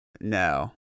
No